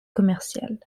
commercial